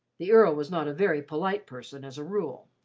the earl was not a very polite person as a rule,